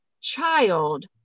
child